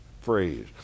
phrase